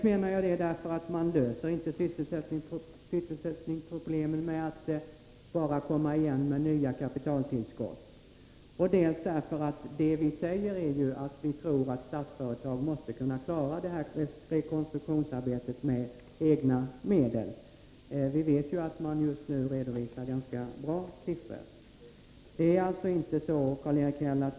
Men dels löser man inte sysselsättningsproblemen enbart genom nya kapitaltillskott, dels anser vi att Statsföretag måste kunna klara att reglera rekonstruktionsarbetet med egna medel. Vi vet ju att man just nu redovisar ganska bra siffror.